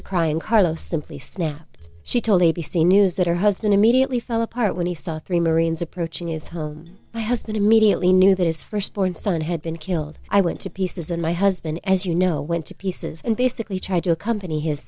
and carlos simply snapped she told a b c news that her husband immediately fell apart when he saw three marines approaching his home my husband immediately knew that his firstborn son had been killed i went to pieces and my husband as you know went to pieces and basically tried to accompany his